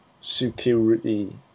security